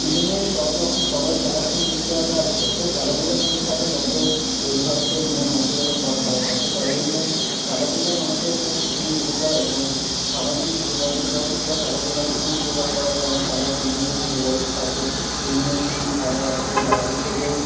seasonwise সবরকম সবাই খেলার সঙ্গে যুক্ত থাকে আর যত খেলাধূলার মধ্যে থাকবে তত শরীর স্বাস্থ্য মন মানসিকতা সব ভালো থাকে তাই জন্যেই খেলাধূলা মানুষের জন্য খুবই উপকার এবং সামাজিক যোগাযোগ ব্যবস্থা খেলাধূলায় খুবই উপকার করে কারণ খেলার টিমের সঙ্গে যোগাযোগ থাকে বিভিন্ন টিম খেলায় আসে বাইরের থেকেও